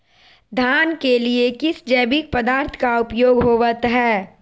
धान के लिए किस जैविक पदार्थ का उपयोग होवत है?